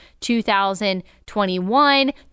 2021